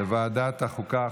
לוועדת החוקה,